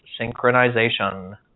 synchronization